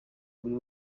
buri